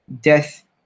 death